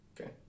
Okay